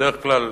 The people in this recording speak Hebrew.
בדרך כלל,